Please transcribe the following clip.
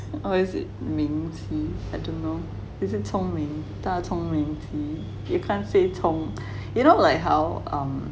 or is it 明鸡 I don't know is it 聪明大聪明鸡 you can't say 聪 you know like how um